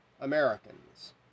Americans